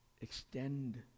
extend